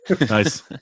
Nice